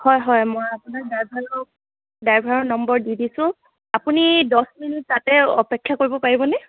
হয় হয় মই আপোনাৰ ড্ৰাইভাৰৰ ড্ৰাইভাৰৰ নম্বৰ দি দিছোঁ আপুনি দহ মিনিট তাতে অপেক্ষা কৰিব পাৰিবনে